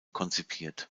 konzipiert